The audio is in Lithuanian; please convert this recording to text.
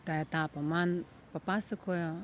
tą etapą man papasakojo